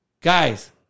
guys